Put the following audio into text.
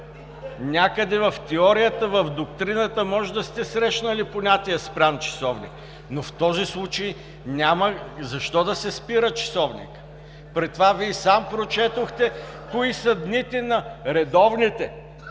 Някъде в теорията, в доктрината може да сте срещнали понятие „спрян часовник“, но в този случай няма защо да се спира часовникът. При това Вие сам прочетохте кои са дните на редовните